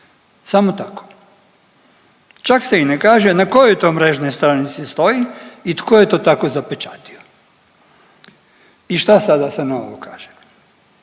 samo tako, čak se i ne kaže na kojoj to mrežnoj stranici stoji i tko je to tako zapečatio. I šta sad da se na ovo kaže?